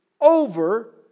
over